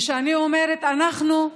וכשאני אומרת "אנחנו",